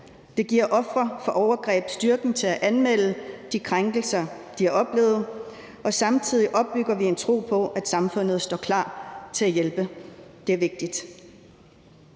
debat giver ofre for overgreb styrken til at anmelde de krænkelser, de har oplevet, og samtidig opbygger vi en tro på, at samfundet står klar til at hjælpe. Det er vigtigt.